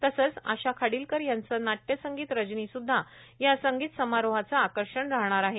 तसंच आशा खाडितकर यांचं नाट्यसंगीत रजनीसुद्धा या संगीत समारोहाचं आकर्षण राहणार आहे